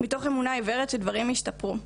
מתוך אמונה עיוורת שדברים ישתפרו.